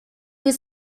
was